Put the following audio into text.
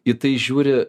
į tai žiūri